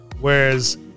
Whereas